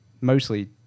mostly